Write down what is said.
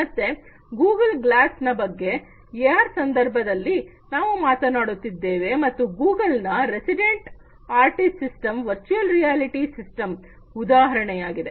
ಮತ್ತೆ Google glass ನ ಬಗ್ಗೆ ಎಆರ್ ಸಂದರ್ಭದಲ್ಲಿ ನಾವು ಮಾತನಾಡಿದ್ದೇವೆ ಮತ್ತು ಗೂಗಲ್ ನ resident artist system virtual reality ಸಿಸ್ಟಮ್ನ ಉದಾಹರಣೆಯಾಗಿದೆ